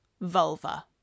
Vulva